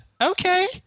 okay